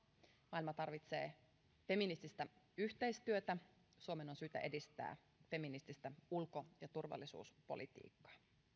maailma tarvitsee feminististä yhteistyötä suomen on syytä edistää feminististä ulko ja turvallisuuspolitiikkaa